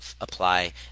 apply